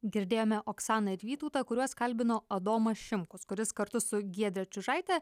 girdėjome oksaną ir vytautą kuriuos kalbino adomas šimkus kuris kartu su giedre čiužaite